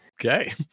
Okay